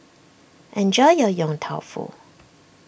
enjoy your Yong Tau Foo